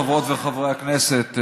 חברות וחברי הכנסת,